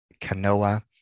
canoa